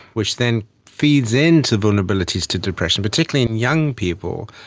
which then feeds in to vulnerabilities to depression, particularly in young people,